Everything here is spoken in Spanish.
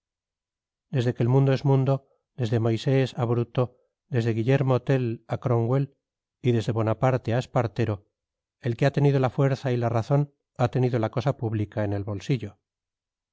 desde que el mundo es mundo desde moisés a bruto desde guillermo tell a cromwell y desde bonaparte a espartero el que ha tenido la fuerza y la razón ha tenido la cosa pública en el bolsillo